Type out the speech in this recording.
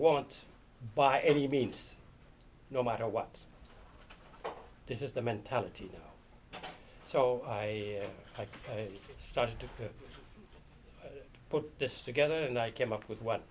want by any means no matter what this is the mentality so i started to put this together and i came up with what